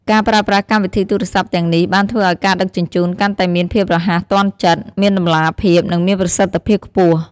ការប្រើប្រាស់កម្មវិធីទូរស័ព្ទទាំងនេះបានធ្វើឱ្យការដឹកជញ្ជូនកាន់តែមានភាពរហ័សទាន់ចិត្ត មានតម្លាភាព និងមានប្រសិទ្ធភាពខ្ពស់។